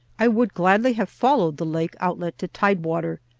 i would gladly have followed the lake outlet to tide-water,